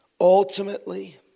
ultimately